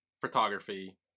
photography